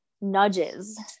nudges